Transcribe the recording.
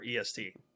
EST